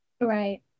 Right